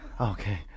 Okay